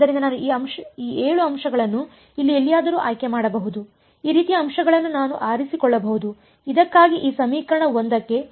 ಆದ್ದರಿಂದ ನಾನು ಈ 7 ಅಂಶಗಳನ್ನು ಇಲ್ಲಿ ಎಲ್ಲಿಯಾದರೂ ಆಯ್ಕೆ ಮಾಡಬಹುದು ಈ ರೀತಿಯ ಅಂಶಗಳನ್ನು ನಾನು ಆರಿಸಿಕೊಳ್ಳಬಹುದು ಇದಕ್ಕಾಗಿ ಈ ಸಮೀಕರಣ 1 ಕ್ಕೆ